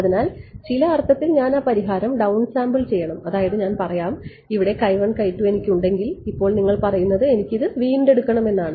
അതിനാൽ ചില അർത്ഥത്തിൽ ഞാൻ ആ പരിഹാരം ഡൌൺ സാമ്പിൾ ചെയ്യണം അതായത് ഞാൻ പറയാം ഇവിടെ എനിക്ക് ഉണ്ടെങ്കിൽ ഇപ്പോൾ നിങ്ങൾ പറയുന്നത് എനിക്ക് ഇത് വീണ്ടെടുക്കണമെന്നാണ്